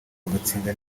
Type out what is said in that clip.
bagatsinda